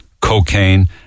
cocaine